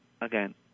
again